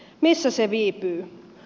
missä se viipyy